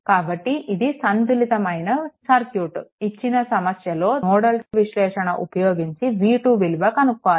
కాబట్టి ఇది సంతులితమైన సర్క్యూట్ ఇచ్చిన సమస్యలో నోడల్ విశ్లేషణ ఉపయోగించి v2 విలువ కనుక్కోవాలి